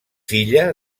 filla